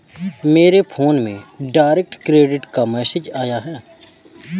मेरे फोन में direct credit का मैसेज आया है